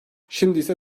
şimdiyse